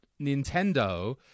nintendo